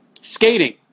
skating